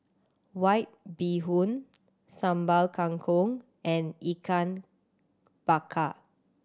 White Bee Hoon Sambal Kangkong and Ikan Bakar